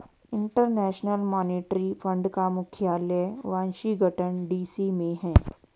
international monetary fund का मुख्यालय Washington DC में है